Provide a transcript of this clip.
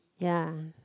ya